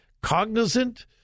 cognizant